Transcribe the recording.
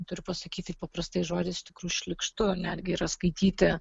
turiu pasakyti paprastais žodžiais iš tikrųjų šlykštu netgi yra skaityti